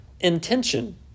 intention